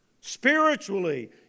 spiritually